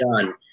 done